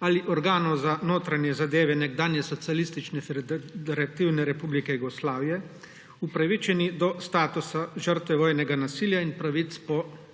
ali organov za notranje zadeve nekdanje Socialistične federativne republike Jugoslavije, upravičeni do statusa žrtev vojnega nasilja in pravic po Zakonu